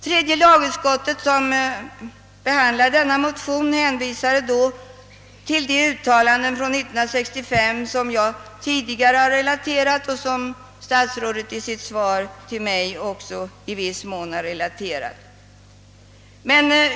Tredje lagutskottet, som behandlade motionen, hänvisade till de uttalanden från år 1965 som jag tidigare har relaterat och som statsrådet i sitt svar till mig också i viss mån har redogjort för.